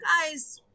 guys